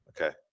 okay